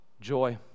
joy